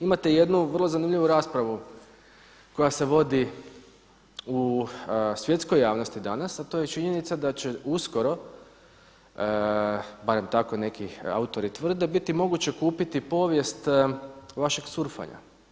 Imate jednu vrlo zanimljivu raspravu koja se vodi u svjetskoj javnosti danas a to je činjenica da će uskoro, barem tako neki autori tvrde biti moguće kupiti povijest vašeg surfanja.